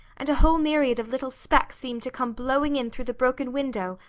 and a whole myriad of little specks seemed to come blowing in through the broken window,